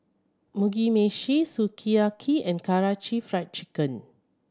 Mugi Meshi Sukiyaki and Karaage Fried Chicken